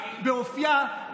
באופייה,